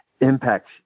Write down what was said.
impacts